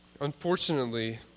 Unfortunately